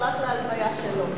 להלוויה שלו.